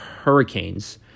hurricanes